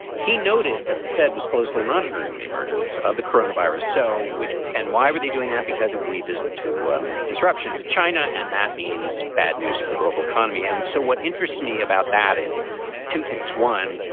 he noted that the fed was closely monitoring the emergence of the corona virus. so which and why were they doing that? because it would lead to disruptions in china. and that means bad news for the global economy and so what interests me about that is two things. one,